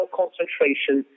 concentration